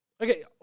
okay